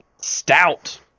stout